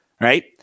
right